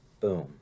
boom